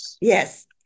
Yes